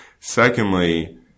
Secondly